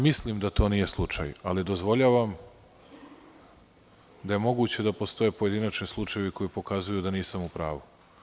Mislim da to nije slučaj, ali dozvoljavam da je moguće da postoje pojedinačni slučajevi koji pokazuju da nisam u pravu.